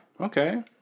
Okay